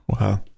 Wow